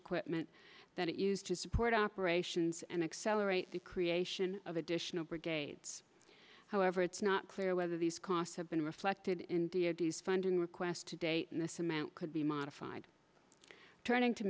equipment that it used to support operations and accelerate the creation of additional brigades however it's not clear whether these costs have been reflected in the eighty's funding requests today and this amount could be modified turning to